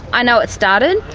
i know it's started,